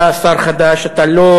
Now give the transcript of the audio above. אתה שר חדש, אתה לא